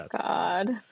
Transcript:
god